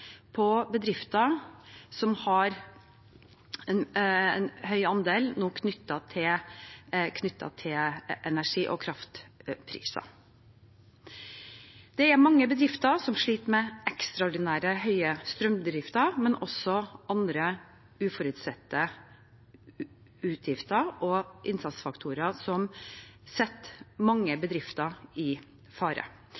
på bedrifter hvor en høy andel av kostnadene er knyttet til energi- og kraftpriser. Det er mange bedrifter som sliter med ekstraordinært høye strømutgifter, men også andre uforutsette utgifter og innsatsfaktorer setter mange